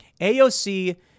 AOC